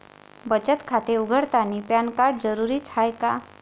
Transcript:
बचत खाते उघडतानी पॅन कार्ड जरुरीच हाय का?